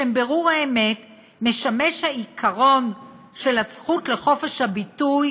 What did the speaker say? לשם בירור אמת זו משמש העיקרון של הזכות לחופש הביטוי"